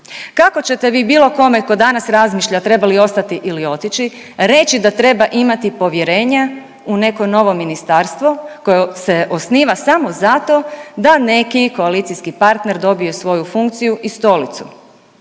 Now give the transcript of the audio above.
Kako ćete vi bilo kome ko danas razmišlja treba li ostati ili otići reći da treba imati povjerenja u neko novo ministarstvo koje se osniva samo zato da neki koalicijski partner dobije svoju funkciju i stolicu?